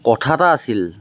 কথা এটা আছিল